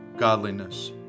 godliness